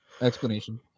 explanation